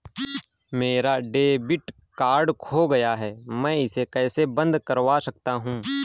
मेरा debit card खो गया है मैं इसे कैसे बंद करवा सकता हूँ?